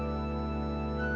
the